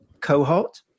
cohort